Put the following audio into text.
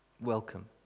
Welcome